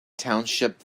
township